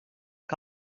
que